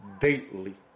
daily